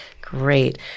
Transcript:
Great